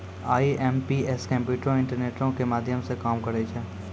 IMPS कम्प्यूटरो, इंटरनेटो के माध्यमो से काम करै छै